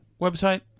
website